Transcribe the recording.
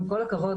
עם כל הכבוד,